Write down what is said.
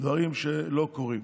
דברים שלא קורים.